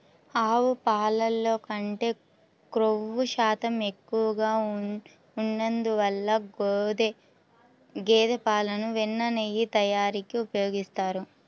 ఆవు పాలల్లో కంటే క్రొవ్వు శాతం ఎక్కువగా ఉన్నందువల్ల గేదె పాలను వెన్న, నెయ్యి తయారీకి ఉపయోగిస్తారు